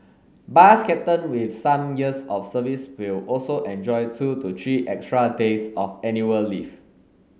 bus captain with some years of service will also enjoy two to three extra days of annual leave